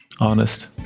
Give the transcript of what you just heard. Honest